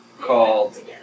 called